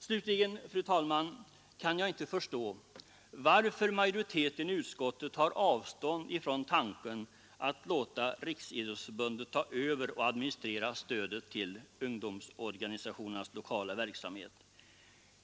Slutligen, fru talman, kan jag inte förstå varför majoriteten i utskottet tar avstånd från tanken att låta Riksidrottsförbundet administrera stödet till ungdomsorganisationernas lokala verksamhet.